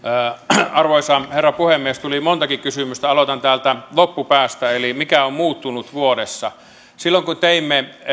arvoisa herra puhemies tuli montakin kysymystä aloitan täältä loppupäästä eli siitä mikä on muuttunut vuodessa silloin kun teimme